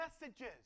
messages